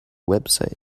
website